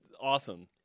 awesome